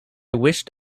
wished